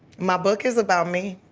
my book is about me.